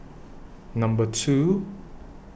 Number two